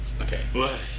Okay